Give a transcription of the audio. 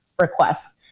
requests